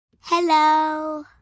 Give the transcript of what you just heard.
Hello